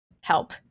help